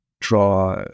draw